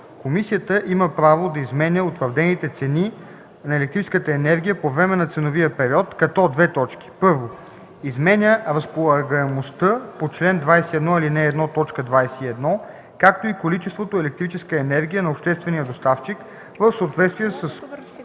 Комисията има право да изменя утвърдените цени на електрическата енергия по време на ценовия период, като: 1. изменя разполагаемостта по чл. 21, ал. 1, т. 21, както и количеството електрическа енергия на обществения доставчик, в съответствие с